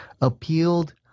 appealed